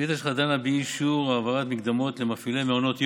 השאילתה שלך דנה באי-אישור העברת מקדמות למפעילי מעונות יום.